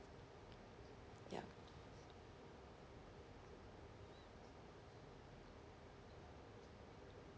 ya